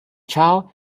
child